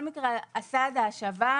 אבל בכל מקרה סעד ההשבה,